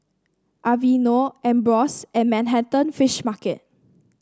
Aveeno Ambros and Manhattan Fish Market